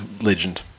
Legend